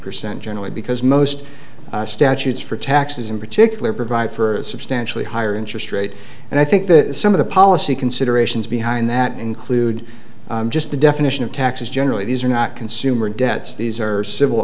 percent generally because most statutes for taxes in particular provide for substantially higher interest rates and i think that some of the policy considerations behind that include just the definition of taxes generally these are not consumer debts these are civil